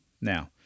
Now